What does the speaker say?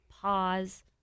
Pause